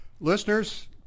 Listeners